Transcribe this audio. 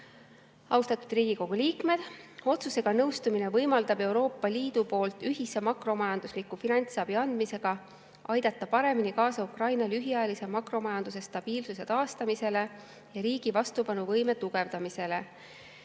lõppenud. Austatud Riigikogu liikmed! Otsusega nõustumine võimaldab Euroopa Liidu ühise makromajandusliku finantsabi andmisega aidata paremini kaasa Ukraina lühiajalise makromajanduse stabiilsuse taastamisele ja riigi vastupanuvõime tugevdamisele.